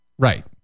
Right